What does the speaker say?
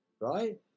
Right